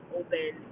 open